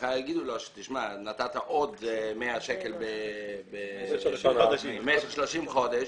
מחר יאמרו לו שנתת עוד 100 שקלים במשך 30 חודשים,